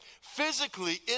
Physically